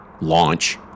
launch